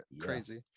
crazy